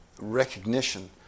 recognition